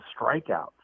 strikeouts